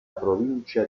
provincia